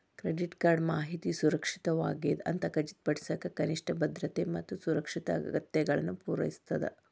credit card ಮಾಹಿತಿ ಸುರಕ್ಷಿತವಾಗ್ಯದ ಅಂತ ಖಚಿತಪಡಿಸಕ ಕನಿಷ್ಠ ಭದ್ರತೆ ಮತ್ತ ಸುರಕ್ಷತೆ ಅಗತ್ಯತೆಗಳನ್ನ ಪೂರೈಸ್ತದ